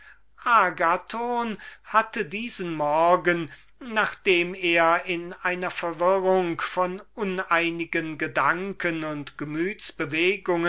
agathon hatte diesen morgen nachdem er in einer verwirrung von uneinigen gedanken und